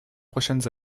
prochaines